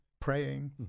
praying